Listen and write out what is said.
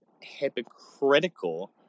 hypocritical